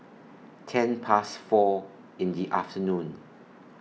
ten Past four in The afternoon